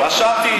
רשמתי.